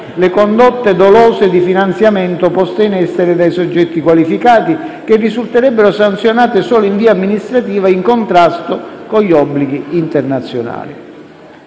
le condotte dolose di finanziamento, poste in essere dai soggetti qualificati, che risulterebbero sanzionate solo in via amministrativa, in contrasto con gli obblighi internazionali.